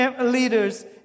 leaders